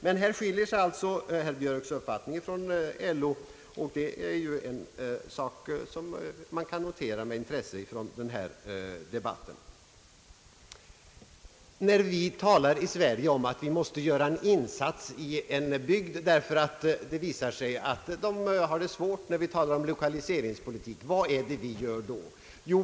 Men här skiljer sig alltså herr Björks uppfattning från LO:s, och det är något som man kan notera med intresse från denna debatt. När vi i Sverige talar om lokaliseringspolitik och anser att vi måste göra en insats i en bygd därför att det visar sig att befolkningen har det svårt, vad gör vi då?